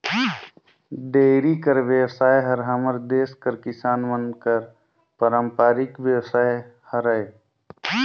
dairy कर बेवसाय हर हमर देस कर किसान मन कर पारंपरिक बेवसाय हरय